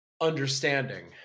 understanding